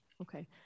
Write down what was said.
Okay